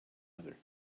other